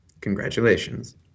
congratulations